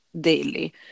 daily